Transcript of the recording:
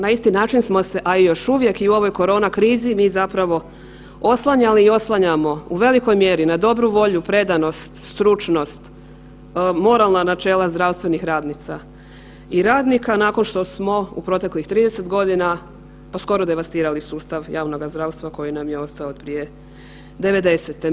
Na isti način smo se, a i još uvijek u ovoj korona krizi mi zapravo oslanjali i oslanjamo u velikoj mjeri na dobru volju, predanost, stručnost, moralna načela zdravstvenih radnica i radnik nakon što smo u proteklih 30 godina pa skoro devastirali sustav javnoga zdravstva koji nam je ostao od prije '90.-te.